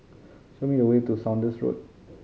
show me the way to Saunders Road